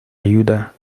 ayuda